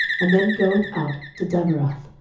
and then goeth out to daberath,